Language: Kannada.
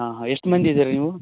ಹಾಂ ಹಾಂ ಎಷ್ಟು ಮಂದಿ ಇದ್ದೀರ ನೀವು